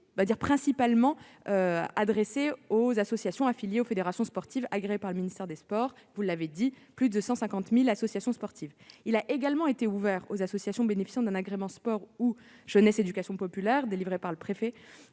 principalement été adressé aux associations affiliées et aux fédérations sportives agréées par le ministère chargé des sports, ce qui représente plus de 150 000 associations sportives. Il a également été ouvert aux associations bénéficiant d'un agrément sport ou jeunesse éducation populaire délivré par le préfet,